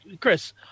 Chris